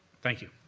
thank you.